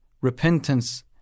repentance